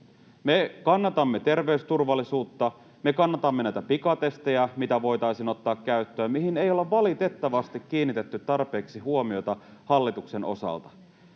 Me kannatamme terveysturvallisuutta. Me kannatamme näitä pikatestejä, mitä voitaisiin ottaa käyttöön, mihin ei olla valitettavasti kiinnitetty tarpeeksi huomiota hallituksen osalta.